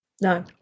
no